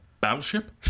Battleship